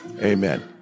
Amen